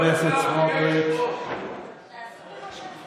מיקי, זה לא מצולם,